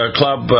club